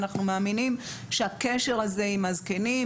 אנחנו מאמינים שהקשר הזה עם הזקנים,